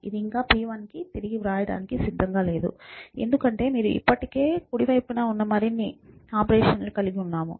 ఇది ఇంకా p1కి తిరిగి వ్రాయడానికి సిద్ధంగా లేదు ఎందుకంటే మీరు ఇప్పటికీ కుడి వైపున మరిన్ని కార్యకలాపాలను కలిగి ఉన్నారు